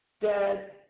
dead